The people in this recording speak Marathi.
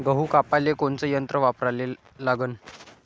गहू कापाले कोनचं यंत्र वापराले लागन?